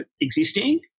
existing